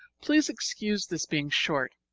please excuse this being short.